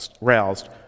roused